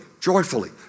joyfully